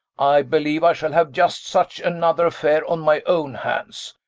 i believe i shall have just such another affair on my own hands.